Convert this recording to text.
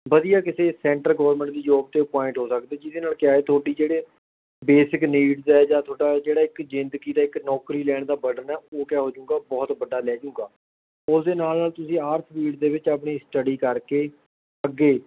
ਵਧੀਆ ਕਿਸੇ centre government ਦੀ ਜੋਬ 'ਤੇ ਅਪੁਆਇੰਟ ਹੋ ਸਕਦੇ ਜਿਹਦੇ ਨਾਲ ਕਿਆ ਤੁਹਾਡੀ ਜਿਹੜੇ ਬੇਸਿਕ ਨੀਡ ਆ ਜਾਂ ਤੁਹਾਡਾ ਜਿਹੜਾ ਇੱਕ ਜ਼ਿੰਦਗੀ ਦਾ ਇੱਕ ਨੌਕਰੀ ਲੈਣ ਦਾ ਬਰਡਨ ਹੈ ਉਹ ਕਿਆ ਜਾਊਗਾ ਬਹੁਤ ਵੱਡਾ ਲਹਿ ਜਾਊਗਾ ਉਸਦੇ ਨਾਲ ਨਾਲ ਤੁਸੀਂ ਆਰਟਸ ਫ਼ੀਲਡ ਦੇ ਵਿੱਚ ਆਪਣੀ ਸਟੱਡੀ ਕਰਕੇ ਅੱਗੇ